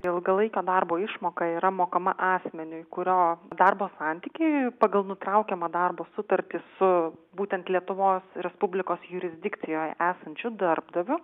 ilgalaikio darbo išmoka yra mokama asmeniui kurio darbo santykiai pagal nutraukiamą darbo sutartį su būtent lietuvos respublikos jurisdikcijoje esančiu darbdaviu